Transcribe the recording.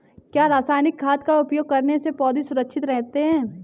क्या रसायनिक खाद का उपयोग करने से पौधे सुरक्षित रहते हैं?